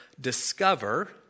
discover